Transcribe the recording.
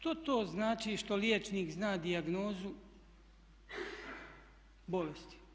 Ali što to znači što liječnik zna dijagnozu bolesti?